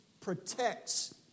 protects